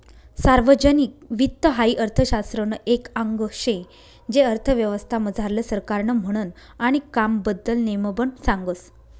सार्वजनिक वित्त हाई अर्थशास्त्रनं एक आंग शे जे अर्थव्यवस्था मझारलं सरकारनं म्हननं आणि कामबद्दल नेमबन सांगस